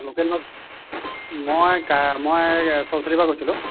local মাছ মই কা মই চলচলী পৰা কৈছিলোঁ